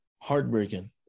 heartbreaking